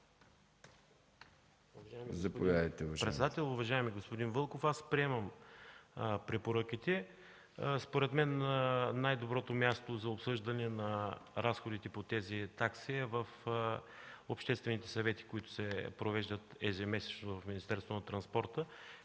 председател. Уважаеми господин Вълков, аз приемам препоръките. Според мен най-доброто място за обсъждане на разходите по тези такси е в обществените съвети, които се провеждат ежемесечно в Министерството на транспорта.